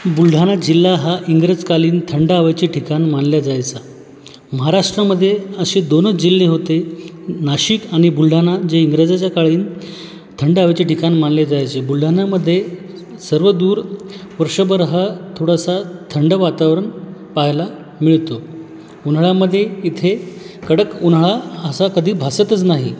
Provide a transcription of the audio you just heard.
बुलढाणा जिल्हा हा इंग्रजकालीन थंड हवेचे ठिकाण मानला जायचा महाराष्ट्रामध्ये असे दोनच जिल्हे होते नाशिक आणि बुलढाणा जे इंग्रजाच्या काळी थंड हवेचे ठिकाण मानले जायचे बुलढाण्यामध्ये सर्वदूर वर्षभर हा थोडासा थंड वातावरण पाहायला मिळतो उन्हाळ्यामधे इथे कडक उन्हाळा असा कधी भासतच नाही